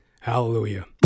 Hallelujah